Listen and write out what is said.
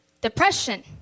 depression